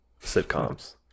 sitcoms